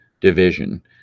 division